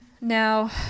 Now